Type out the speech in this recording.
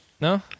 No